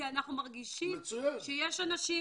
כי אנחנו מרגישים שיש אנשים